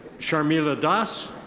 charmila dass.